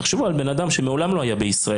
תחשבו על בן אדם שמעולם לא היה בישראל,